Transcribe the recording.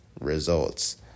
results